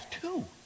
two